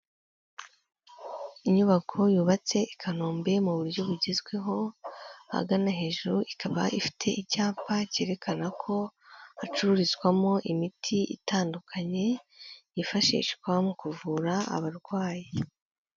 Inyubako yubatse i Kanombe mu buryo bugezweho, ahagana hejuru ikaba ifite icyapa cyerekana ko hacururizwamo imiti itandukanye, yifashishwa mu kuvura abarwayi.